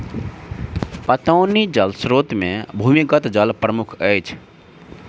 पटौनी जल स्रोत मे भूमिगत जल प्रमुख अछि